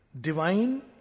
Divine